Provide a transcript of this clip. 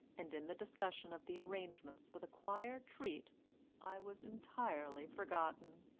and in the discussion of the arrangements for the choir treat i was entirely forgotten.